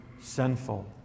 sinful